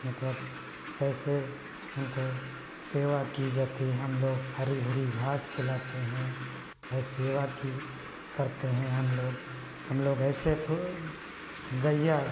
मतलब कैसे उनको सेवा की जाती हम लोग हरी भरी घास खिलाते हैं और सेवा की करते हैं हम लोग हम लोग ऐसे थो गैया